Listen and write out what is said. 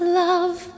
love